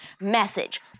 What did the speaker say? message